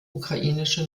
ukrainische